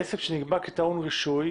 בעסק שנקבע כטעון רישוי,